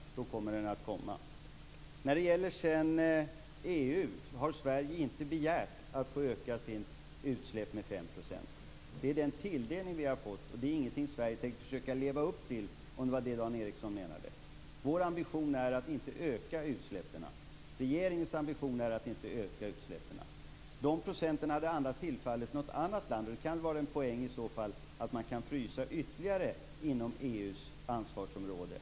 Då kommer den att komma. När det sedan gäller EU har Sverige inte begärt att få öka sitt utsläpp med 5 %. Det är den tilldelning vi har fått, och det är ingenting Sverige tänker försöka leva upp till, om det var det Dan Ericsson menade. Vår och regeringens ambition är att inte öka utsläppen. Dessa procent hade annars tillfallit något annat land, och det kan väl vara en poäng att man kan frysa ytterligare inom EU:s ansvarsområde.